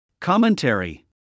Commentary